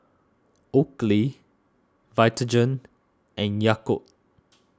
Oakley Vitagen and Yakult